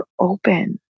open